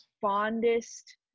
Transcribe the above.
fondest